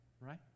right